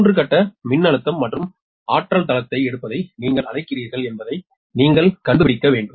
3 கட்ட வங்கிக்கான மின்னழுத்தம் மற்றும் சக்தி தளத்தை எடுப்பதை நீங்கள் அழைக்கிறீர்கள் என்பதை நீங்கள் கண்டுபிடிக்க வேண்டும்